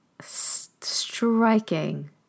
striking